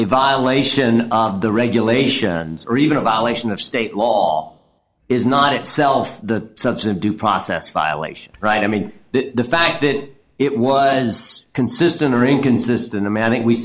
a violation of the regulations or even a violation of state law is not itself the sense of due process violation right i mean the fact that it was consistent or inconsistent or manic we